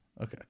Okay